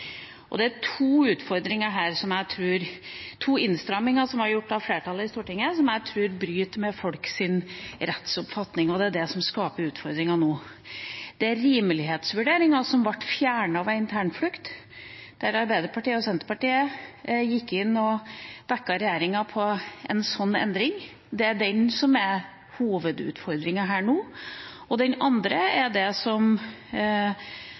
Det er to innstramminger som er gjort av flertallet i Stortinget, som jeg tror bryter med folks rettsoppfatning, og det er det som skaper utfordringer nå. Det er rimelighetsvurderingen ved internflukt som ble fjernet da Arbeiderpartiet og Senterpartiet gikk inn og bakket regjeringa på en slik endring. Det er den som er hovedutfordringen her nå. Den andre er det som